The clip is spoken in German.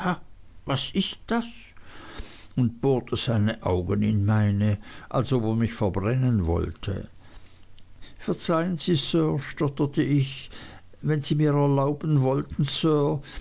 was ist das und bohrte seine augen in meine als ob er mich verbrennen wollte verzeihen sie sir stotterte ich wenn sie mir erlauben wollten sir